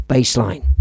baseline